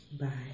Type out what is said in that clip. Bye